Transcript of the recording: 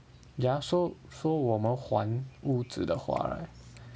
ya so so 我们还屋子的话 right